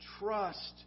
Trust